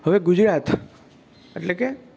હવે ગુજરાત એટલે કે